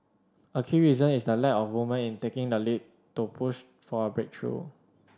a key reason is the lack of women in taking the lead to push for a breakthrough